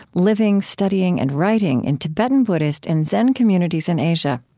living, studying, and writing in tibetan buddhist and zen communities in asia.